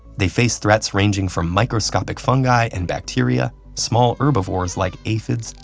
they face threats ranging from microscopic fungi and bacteria, small herbivores, like aphids,